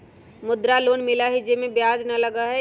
मुद्रा लोन मिलहई जे में ब्याज न लगहई?